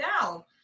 down